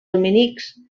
dominics